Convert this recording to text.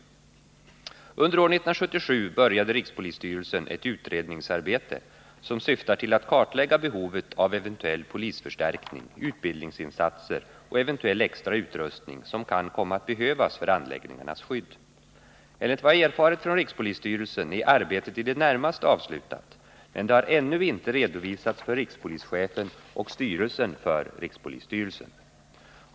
Under år 1977 började rikspolisstyrelsen ett utredningsarbete som syftar till att kartlägga behovet av eventuell polisförstärkning, utbildningsinsatser och eventuell extra utrustning som kan komma att behövas för anläggningarnas skydd. Enligt vad jag erfarit från rikspolisstyrelsen är arbetet i det närmaste avslutat, men det har ännu inte redovisats för rikspolischefen och styrelsen för rikspolisstyrelsen.